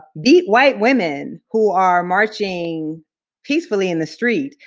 beat white women who are marching peacefully in the street,